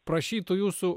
prašytų jūsų